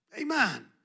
Amen